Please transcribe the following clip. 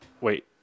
Wait